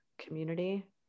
community